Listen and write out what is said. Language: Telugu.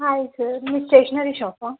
హాయ్ సార్ మీరు స్టేషనరీ షాపా